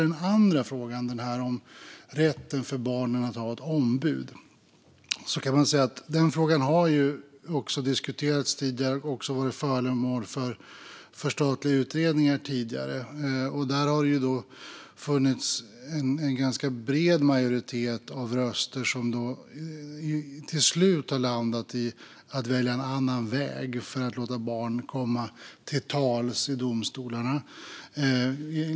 Den andra frågan, om rätten för barn att ha ett ombud, har ju diskuterats tidigare och också varit föremål för statliga utredningar. Där har det funnits en ganska bred majoritet av röster som till slut har landat i att välja en annan väg för att låta barn komma till tals i domstolarna.